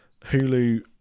Hulu